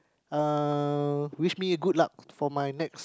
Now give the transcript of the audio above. uh wish me a good luck for my next